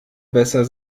besser